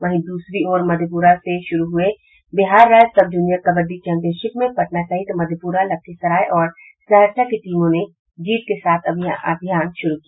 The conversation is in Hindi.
वहीं दूसरी ओर मधेपुरा से शुरू हुये बिहार राज्य सब जूनियर कबड्डी चैंपियनशिप में पटना सहित मधेप्रा लखीसराय और सहरसा की टीमों ने जीत के साथ अपना अभियान शुरू किया